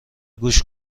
گوش